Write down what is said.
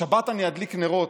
השבת אני אדליק נרות?